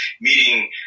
meeting